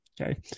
okay